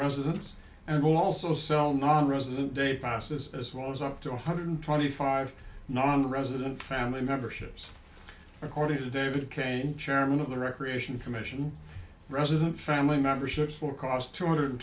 residence and also sell nonresident day passes as well as up to one hundred twenty five nonresident family memberships according to david crane chairman of the recreation commission resident family memberships for cost two hundred